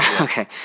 Okay